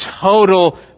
total